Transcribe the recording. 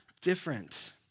different